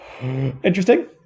interesting